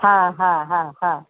हा हा हा हा